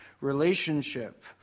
relationship